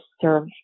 serve